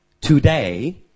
today